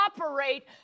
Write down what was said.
operate